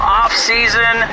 offseason